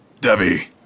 Debbie